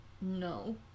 No